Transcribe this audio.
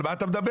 על מה אתה מדבר?